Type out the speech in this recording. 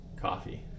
Coffee